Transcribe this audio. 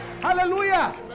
Hallelujah